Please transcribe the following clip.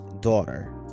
Daughter